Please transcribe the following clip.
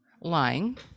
lying